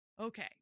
Okay